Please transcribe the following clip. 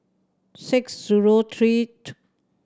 six zero three